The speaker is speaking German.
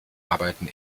arbeiten